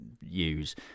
use